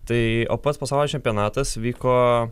tai o pats pasaulio čempionatas vyko